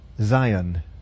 Zion